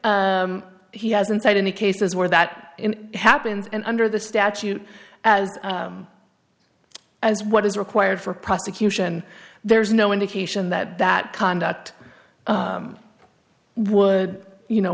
he hasn't had any cases where that happens and under the statute as as what is required for prosecution there's no indication that that conduct would you know